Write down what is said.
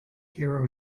hero